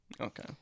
Okay